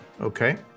Okay